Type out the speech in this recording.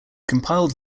compiled